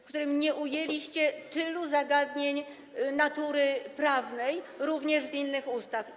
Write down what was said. w którym nie ujęliście tylu zagadnień natury prawnej, również z innych ustaw.